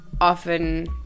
often